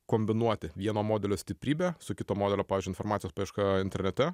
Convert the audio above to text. kombinuoti vieno modelio stiprybę su kito modelio pavyzdžiui informacijos paieška internete